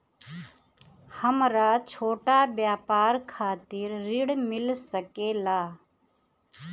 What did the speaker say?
हमरा छोटा व्यापार खातिर ऋण मिल सके ला?